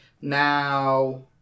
Now